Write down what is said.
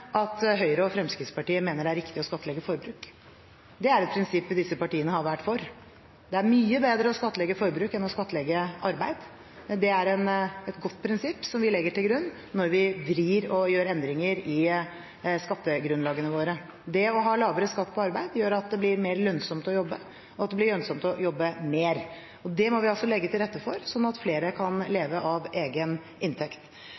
er riktig å skattlegge forbruk. Det er et prinsipp disse partiene har vært for. Det er mye bedre å skattlegge forbruk enn å skattlegge arbeid. Det er et godt prinsipp, som vi legger til grunn når vi vrir på og gjør endringer i skattegrunnlagene våre. Det å ha lavere skatt på arbeid gjør at det blir mer lønnsomt å jobbe, og at det blir lønnsomt å jobbe mer. Det må vi legge til rette for, slik at flere kan leve av egen inntekt.